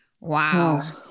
Wow